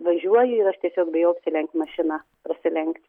važiuoju ir aš tiesiog bijau apsilenkt mašina prasilenkt